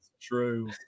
True